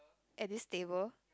at this table